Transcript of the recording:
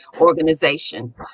organization